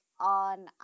on